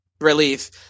relief